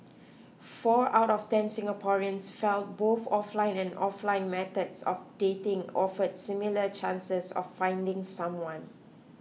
four out of ten Singaporeans felt both offline and offline methods of dating offer similar chances of finding someone